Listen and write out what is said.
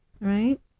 right